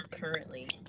currently